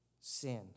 sin